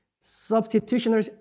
substitutionary